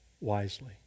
wisely